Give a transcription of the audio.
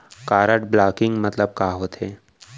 Card blocking मतलब का होथे?